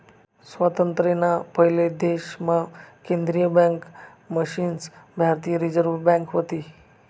स्वातंत्र्य ना पयले देश मा केंद्रीय बँक मन्हीसन भारतीय रिझर्व बँक व्हती